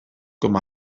com